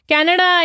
Canada